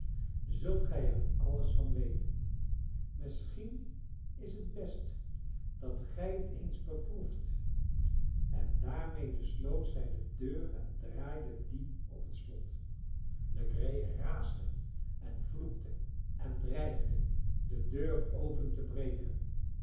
zult gij er alles van weten misschien is het best dat gij het eens beproeft en daarmede sloot zij de deur en draaide die op het slot legree raasde en vloekte en dreigde de deur open te breken